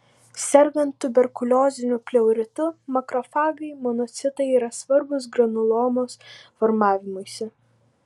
sergant tuberkulioziniu pleuritu makrofagai monocitai yra svarbūs granulomos formavimuisi